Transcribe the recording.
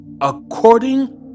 according